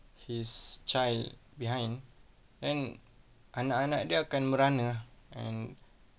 his child behind then anak-anak dia akan merana ah and